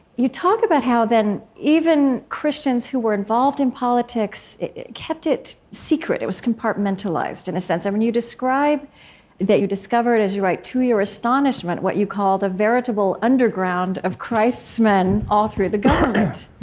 you talk about how, then, even christians who were involved in politics kept it secret. it was compartmentalized, in a sense. i mean, you describe that you discovered as you write to your astonishment what you call the veritable underground of christ's men all through the government.